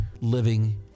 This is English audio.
living